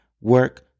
work